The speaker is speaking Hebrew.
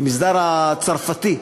המסדר הצרפתי.